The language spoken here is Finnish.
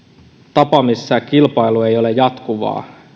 tapa missä kilpailu ei ole jatkuvaa